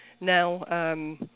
Now